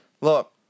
Look